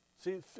See